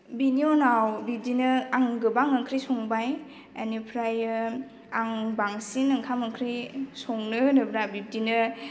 बिनि उनाव बिदिनो आं गोबां ओंख्रि संबाय एनिफ्रायो आं बांसिन ओंखाम ओंख्रि संनो होनोब्ला बिदिनो